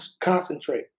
concentrate